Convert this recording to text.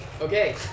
Okay